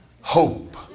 hope